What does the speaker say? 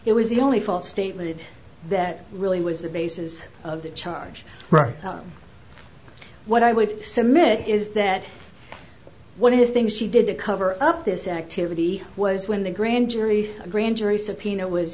it was the only false statement that really was the basis of the charge rockefeller what i would submit is that one of the things she did a cover up this activity was when the grand jury grand jury subpoena was